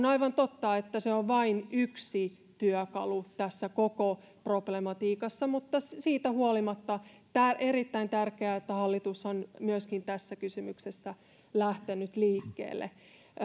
aivan totta että se on vain yksi työkalu tässä koko problematiikassa mutta siitä huolimatta on erittäin tärkeää että hallitus on myöskin tässä kysymyksessä lähtenyt liikkeelle